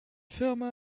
firma